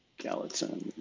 gallatin